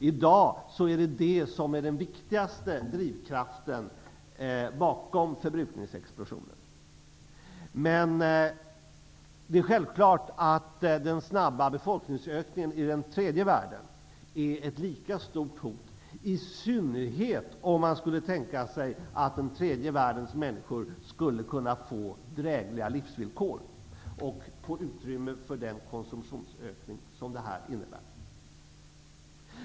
I dag är det den viktigaste drivkraften bakom förbrukningsexplosionen. Men det är självklart att den snabba befolkningsökningen i tredje världen är ett lika stort hot, i synnerhet om man skulle tänka sig att tredje världens människor skulle kunna få drägliga livsvillkor och utrymme för en motsvarande konsumtionsökning.